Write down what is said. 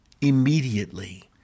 immediately